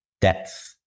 depth